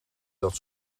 dat